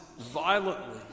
violently